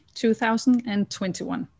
2021